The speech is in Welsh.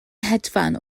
hedfan